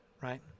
right